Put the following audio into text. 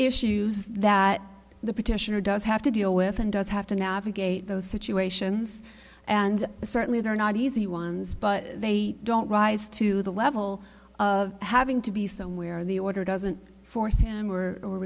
issues that the petitioner does have to deal with and does have to navigate those situations and certainly they're not easy ones but they don't rise to the level of having to be somewhere in the order doesn't force him or or